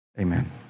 Amen